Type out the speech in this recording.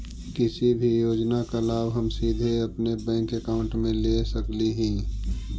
किसी भी योजना का लाभ हम सीधे अपने बैंक अकाउंट में ले सकली ही?